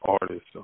artists